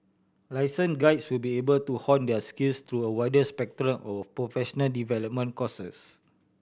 licensed guides will be able to hone their skills through a wider spectrum of professional development courses